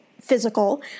physical